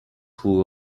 who